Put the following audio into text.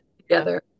together